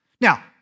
Now